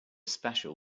special